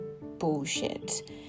bullshit